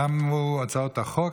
תמו הצעות החוק.